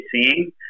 seeing